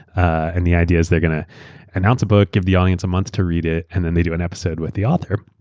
and the idea is they're going to announce a book, give the audience a month to read it, and then they do an episode with the author.